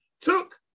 took